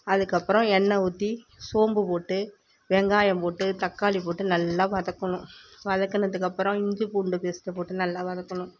அதுக்கப்புறம் எண்ணெய் ஊற்றி சோம்பு போட்டு வெங்காயம் போட்டு தக்காளி போட்டு நல்லா வதக்கணும் வதக்குனதுக்கப்புறம் இஞ்சி பூண்டு பேஸ்ட்டை போட்டு நல்லா வதக்கணும்